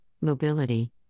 mobility